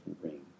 ring